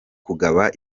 kugaba